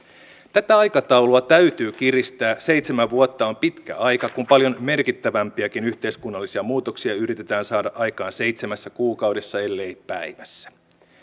tätä aikataulua täytyy kiristää seitsemän vuotta on pitkä aika kun paljon merkittävämpiäkin yhteiskunnallisia muutoksia yritetään saada aikaan seitsemässä kuukaudessa ellei päivässä